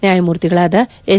ನ್ಯಾಯಮೂರ್ತಿಗಳಾದ ಎಸ್